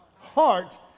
heart